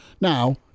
Now